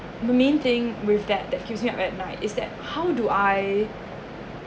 the main thing with that that keeps me up at night is that how do I